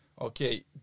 okay